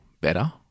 better